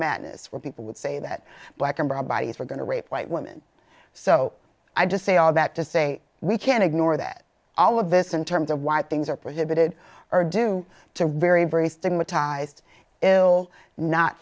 madness where people would say that black and brown bodies were going to rape white women so i just say all of that to say we can't ignore that all of this in terms of why things are prohibited or due to rebury stigmatized ill not